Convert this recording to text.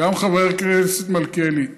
גם חבר הכנסת מלכיאלי,